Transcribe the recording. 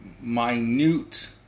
minute